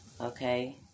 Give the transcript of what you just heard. okay